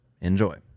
Enjoy